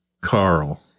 Carl